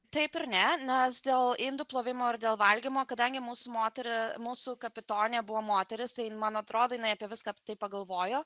taip ir ne nes dėl indų plovimo ar dėl valgymo kadangi mūsų mūsų kapitonė buvo moteris man atrodo jinai apie viską taip pagalvojo